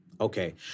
Okay